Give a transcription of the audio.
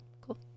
cool